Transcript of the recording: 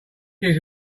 gives